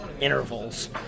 intervals